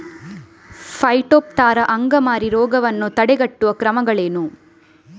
Phytophthora ಅಂಗಮಾರಿ ರೋಗವನ್ನು ತಡೆಗಟ್ಟುವ ಕ್ರಮಗಳೇನು?